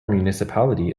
municipality